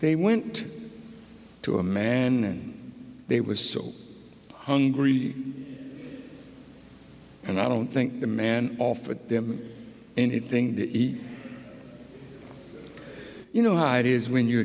they went to a man and they were so hungry and i don't think the man offered them anything that you know hide is when you